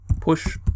Push